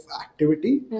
activity